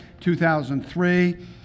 2003